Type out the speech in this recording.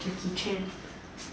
jackie chan